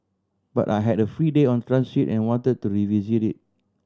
but I had a free day on transit and wanted to revisit it